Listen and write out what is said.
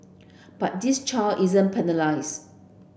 but this child isn't penalised